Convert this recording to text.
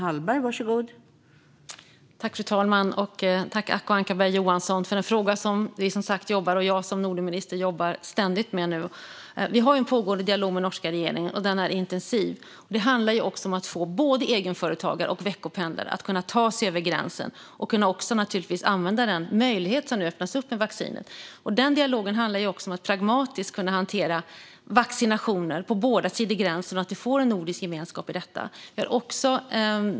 Fru talman! Tack, Acko Ankarberg Johansson, för en fråga som jag som Nordenminister ständigt jobbar med nu! Vi har en pågående dialog med den norska regeringen, och den är intensiv. Det handlar om att få både egenföretagare och veckopendlare att kunna ta sig över gränsen och naturligtvis också använda den möjlighet som nu öppnas upp med vaccinet. Dialogen handlar också om att pragmatiskt kunna hantera vaccinationer på båda sidor om gränsen och att vi får en nordisk gemenskap i detta.